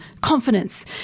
confidence